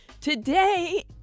Today